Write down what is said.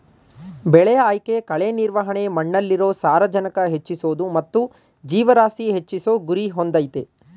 ಬೆಳೆ ಆಯ್ಕೆ ಕಳೆ ನಿರ್ವಹಣೆ ಮಣ್ಣಲ್ಲಿರೊ ಸಾರಜನಕ ಹೆಚ್ಚಿಸೋದು ಮತ್ತು ಜೀವರಾಶಿ ಹೆಚ್ಚಿಸೋ ಗುರಿ ಹೊಂದಯ್ತೆ